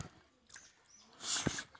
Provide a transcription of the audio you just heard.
दाना सब साफ होते?